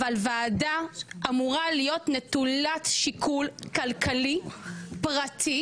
אבל ועדה אמורה להיות נטולת שיקול כלכלי פרטי